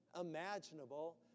imaginable